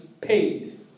paid